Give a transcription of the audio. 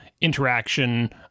interaction